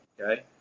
okay